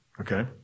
Okay